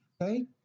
okay